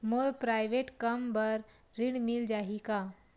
मोर private कम बर ऋण मिल जाही का?